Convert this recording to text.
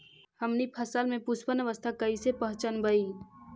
हमनी फसल में पुष्पन अवस्था कईसे पहचनबई?